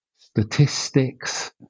statistics